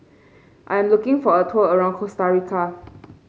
I'm looking for a tour around Costa Rica